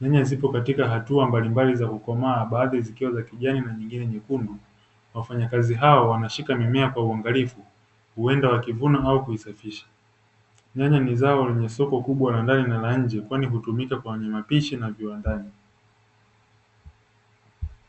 nyanya zipo katika hatua mbalimbali za kukomaa; baadhi zikiwa za kijani na nyingine nyekundu wafanyakazi hao wanashika mimea kwa uangalifu huenda wakivuna au kuisafisha. Nyanya ni zao lenye soko kubwa la ndani na la nje kwani kutumika kwenye mapishi na viwandani.